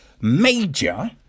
Major